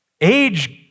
Age